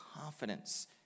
confidence